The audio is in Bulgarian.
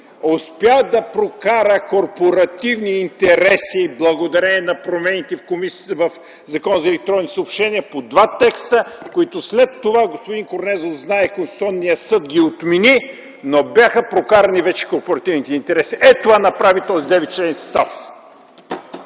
успя да прокара корпоративни интереси благодарение на промените в Закона за електронните съобщения по два текста, които след това, господин Корнезов знае, Конституционният съд ги промени. Но бяха прокарани вече корпоративните интереси. Ето това направи този 9-членен състав.